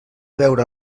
veure